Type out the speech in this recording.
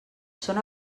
són